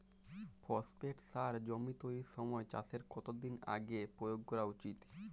Phosphate সার জমি তৈরির সময় চাষের কত দিন আগে প্রয়োগ করা উচিৎ?